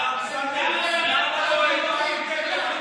אתה לא אומר מילה?